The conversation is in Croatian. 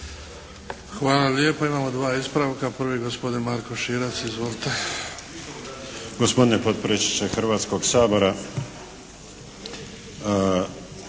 Hvala lijepa. Imamo dva ispravka. Prvi je gospodin Marko Širac. Izvolite.